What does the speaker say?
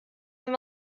wenn